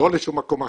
לא לשום מקום אחר,